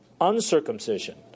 uncircumcision